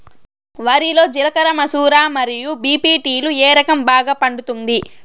వరి లో జిలకర మసూర మరియు బీ.పీ.టీ లు ఏ రకం బాగా పండుతుంది